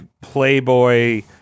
playboy